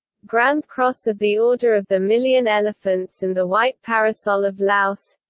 grand cross of the order of the million elephants and the white parasol of laos